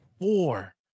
four